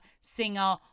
singer